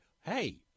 hey